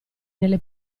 nelle